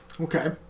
Okay